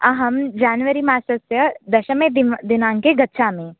अहं जान्वरी मासस्य दशमे दिन् दिनाङ्के गच्छामि